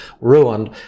ruined